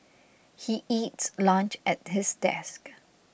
he eats lunch at his desk